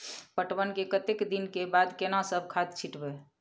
पटवन के कतेक दिन के बाद केना सब खाद छिटबै?